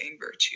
virtue